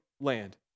land